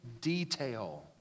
detail